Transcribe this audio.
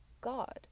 God